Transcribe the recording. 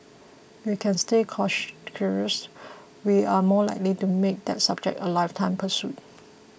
we can stay cash curious we are more likely to make that subject a lifetime pursuit